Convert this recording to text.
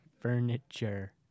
furniture